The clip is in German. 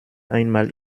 einmal